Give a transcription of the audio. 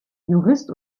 jurist